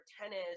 tennis